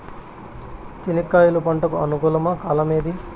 చెనక్కాయలు పంట కు అనుకూలమా కాలం ఏది?